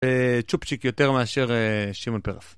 וצ'ופצ'יק יותר מאשר שמעון פרס.